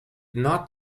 not